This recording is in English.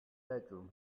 bedroom